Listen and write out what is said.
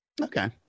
Okay